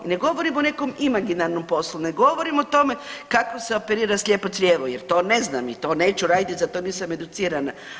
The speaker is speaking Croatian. Ne govorim o nekom imaginarnom poslu, ne govorim o tome kako se operira slijepo crijevo jer to ne znam i to neću raditi i za to nisam educirana.